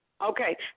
Okay